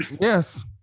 yes